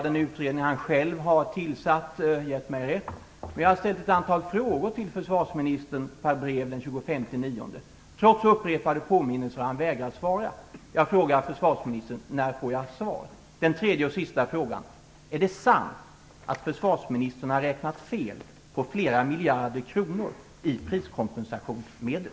Den utredning som han själv har tillsatt har i och för sig gett mig rätt, men jag har per brev den 25 september ställt ett antal frågor till försvarsministern. Trots upprepade påminnelser har han vägrat att svara. Jag frågar försvarsministern: När får jag svar? Den tredje och sista frågan är: Är det sant att försvarsministern har räknat fel på flera miljarder kronor i priskompensationsmedel?